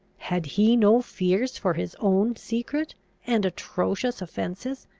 had he no fears for his own secret and atrocious offences?